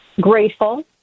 Grateful